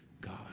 God